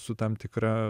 su tam tikra